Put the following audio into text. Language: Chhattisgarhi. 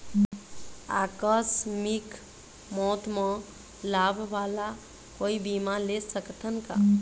आकस मिक मौत म लाभ वाला कोई बीमा ले सकथन का?